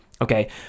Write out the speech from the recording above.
Okay